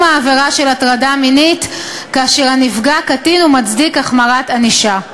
העבירה של הטרדה מינית כאשר הנפגע קטין ומצדיק החמרת ענישה.